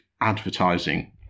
advertising